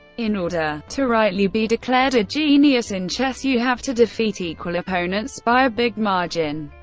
in order to rightly be declared a genius in chess, you have to defeat equal opponents by a big margin.